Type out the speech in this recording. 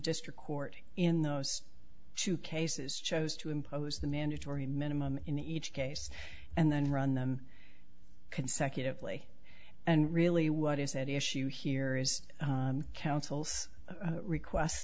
district court in those two cases chose to impose the mandatory minimum in each case and then run them consecutively and really what is at issue here is council's request